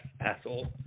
asshole